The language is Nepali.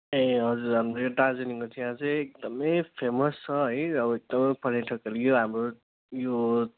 ए हजुर हाम्रो यहाँ दार्जिलिङको चिया चाहिँ एकदमै फेमस छ है अब एकदमै पर्यटकहरू यो हाम्रो यो